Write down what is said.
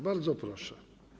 Bardzo proszę.